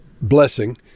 blessing